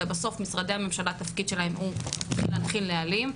אלא בסוף - התפקיד של משרדי הממשלה הוא להחיל נהלים,